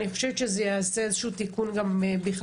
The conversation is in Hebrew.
אני חושבת שזה יעשה איזשהו תיקון לאסירים.